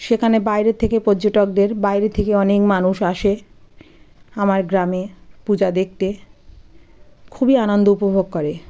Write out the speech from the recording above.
সেখানে বাইরে থেকে পর্যটকদের বাইরে থেকে অনেক মানুষ আসে আমার গ্রামে পূজা দেখতে খুবই আনন্দ উপভোগ করে